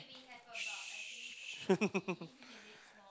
shh